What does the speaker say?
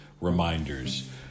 reminders